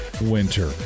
winter